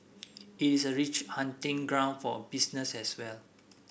it is a rich hunting ground for business as well